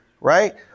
right